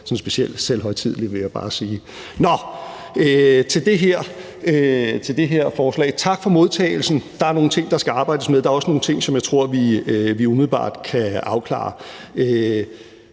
sådan specielt selvhøjtidelig, vil jeg bare sige. Nå! Til det her forslag: Tak for modtagelsen. Der er nogle ting, der skal arbejdes med. Der er også nogle ting, som jeg tror vi umiddelbart kan afklare.